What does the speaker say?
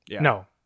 No